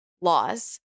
laws